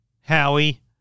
Howie